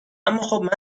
اماخب